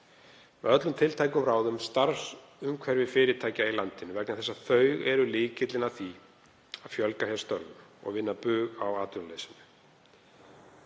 með öllum tiltækum ráðum starfsumhverfi fyrirtækja í landinu, vegna þess að þau eru lykillinn að því að fjölga hér störfum og vinna bug á atvinnuleysi.